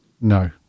No